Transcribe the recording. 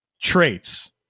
traits